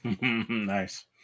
Nice